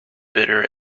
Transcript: bitter